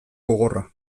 gogorra